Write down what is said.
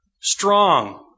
strong